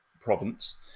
province